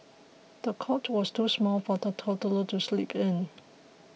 the cot was too small for the toddler to sleep in